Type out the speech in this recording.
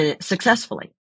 successfully